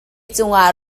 cungah